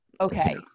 okay